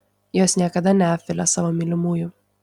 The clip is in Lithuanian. jos niekada neapvilia savo mylimųjų